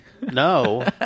No